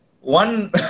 one